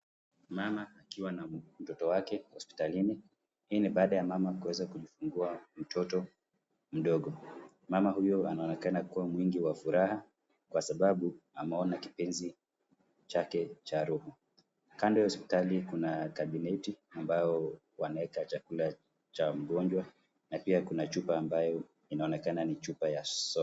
Mama akiwa na mtoto wake hosiptalini, hii ni baada ya mama kuweza kujifungua mtoto mdogo, mama huyo anaonekana kuwa mwingi wa furaha kwa sababu ameona kipenzi chake cha roho. Kando ya hosiptali kuna kabineti ambayo wanaeka chakula cha mgonjwa na pia kuna chupa ambayo inaonekana ni chupa ya soda.